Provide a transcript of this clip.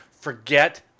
forget